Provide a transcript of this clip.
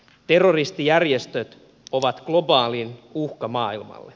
terroristijärjestöt ovat globaali uhka maailmalle